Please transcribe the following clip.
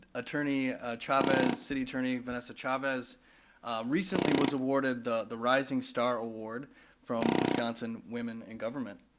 attorney chavez, city attorney vanessa chavez recently was awarded the the rising star award from wisconsin women in government.